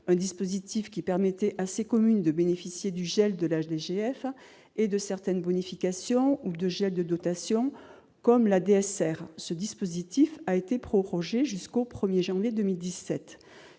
Un dispositif permettait à ces communes de bénéficier du gel de la DGF et de certaines bonifications, ou de gels de dotation, comme la DSR. Ce dispositif a été prorogé jusqu'au 1 janvier 2017.